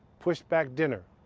pushed back dinner,